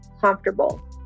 comfortable